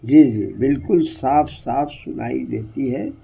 جی جی بالکل صاف صاف سنائی دیتی ہے